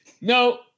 No